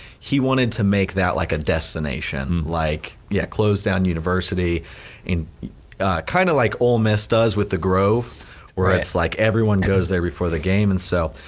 he wanted to make that like a destination. like, yeah close down university and kind of like old masters with the grove where it's like everyone goes there before the game and so,